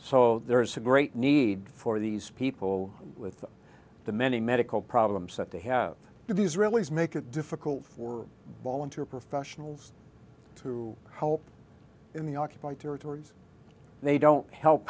so there is a great need for these people with the many medical problems that they have the israelis make it difficult for volunteer professionals to help in the occupied territories they don't help